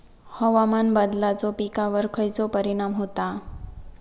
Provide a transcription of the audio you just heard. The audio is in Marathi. हवामान बदलाचो पिकावर खयचो परिणाम होता?